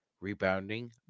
rebounding